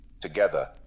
Together